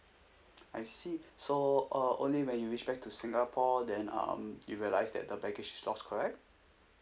I see so uh only when you reach back to singapore then um you realised that the baggage is lost correct